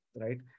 right